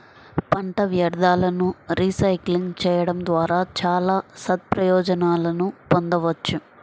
పంట వ్యర్థాలను రీసైక్లింగ్ చేయడం ద్వారా చాలా సత్ప్రయోజనాలను పొందవచ్చు